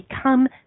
become